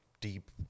deep